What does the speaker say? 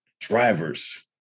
drivers